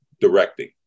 directing